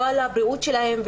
לא על הבריאות שלהם,